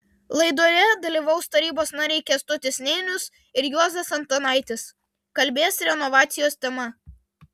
laidoje dalyvaus tarybos nariai kęstutis nėnius ir juozas antanaitis kalbės renovacijos tema